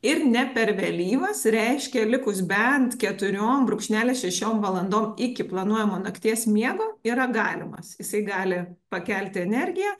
ir ne per vėlyvas reiškia likus bent keturiom brūkšnelis šešiom valandom iki planuojamo nakties miego yra galimas jisai gali pakelti energiją